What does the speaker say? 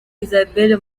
isabelle